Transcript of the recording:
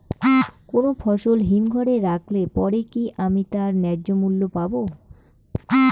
কোনো ফসল হিমঘর এ রাখলে পরে কি আমি তার ন্যায্য মূল্য পাব?